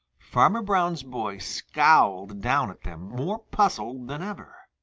farmer brown's boy scowled down at them more puzzled than ever.